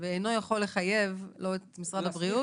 ואינו יכול לחייב לא את משרד הבריאות